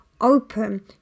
Open